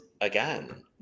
again